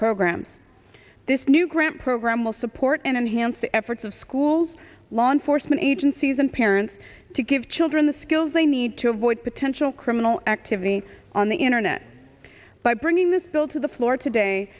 programs this new grant program will support and enhance the efforts of schools law enforcement agencies and parents to give children the skills they need to avoid potential criminal activity on the internet by bringing this bill to the floor today